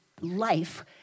life